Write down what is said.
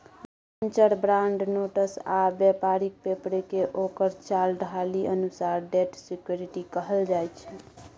debenture, bond, notes आ बेपारिक पेपरकेँ ओकर चाल ढालि अनुसार डेट सिक्युरिटी कहल जाइ छै